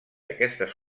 aquestes